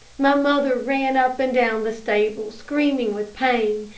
my mother ran up and down the stable, screaming with pain,